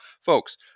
folks